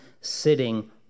sitting